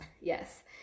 Yes